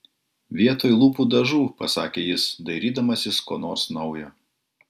vietoj lūpų dažų pasakė jis dairydamasis ko nors naujo